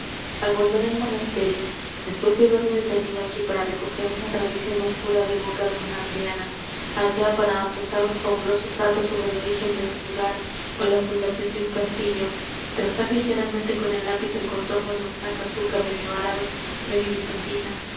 al volver al monasterio después de haberme detenido aquí para recoger una tradición oscura de boca de una aldeana allá para apuntar los fabulosos datos sobre el origen de un lugar ó la fundación de un castillo trazar ligeramente con el lápiz el contorno de una casuca medio árabe medio bizantina